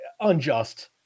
unjust